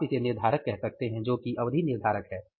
तो आप इसे निर्धारक कह सकते हैं जो कि अवधि निर्धारक है